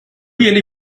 yeni